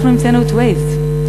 אנחנו המצאנו את Waze.